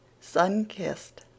sun-kissed